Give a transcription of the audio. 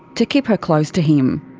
to keep her close to him.